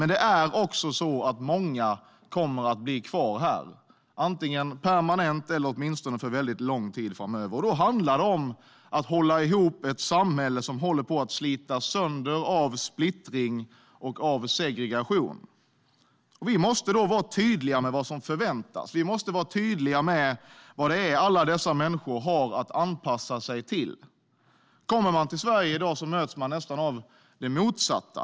Men många kommer att bli kvar här, antingen permanent eller åtminstone för mycket lång tid framöver. Då handlar det om att hålla ihop ett samhälle som håller på att slitas sönder av splittring och segregation. Då måste vi vara tydliga med vad som förväntas. Vi måste vara tydliga med vad alla dessa människor har att anpassa sig till. Men kommer man till Sverige i dag möts man nästan av det motsatta.